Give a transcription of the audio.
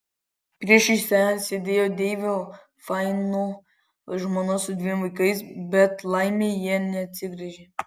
priešais ją sėdėjo deivio faino žmona su dviem vaikais bet laimė jie neatsigręžė